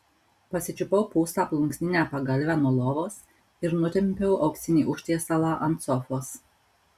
pasičiupau pūstą plunksninę pagalvę nuo lovos ir nutempiau auksinį užtiesalą ant sofos